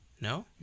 No